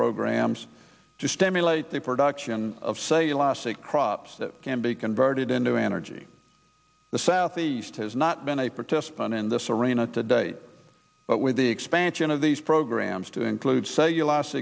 programs to stimulate the production of say elastic crops that can be converted into energy the southeast has not been a participant in this arena to date but with the expansion of these programs to include say your last